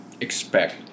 expect